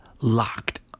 locked